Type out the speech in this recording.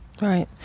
right